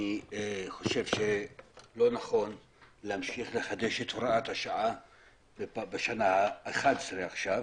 אני חושב שלא נכון להמשיך לחדש את הוראת השעה בשנה 11 עכשיו.